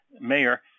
mayor